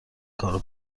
کارو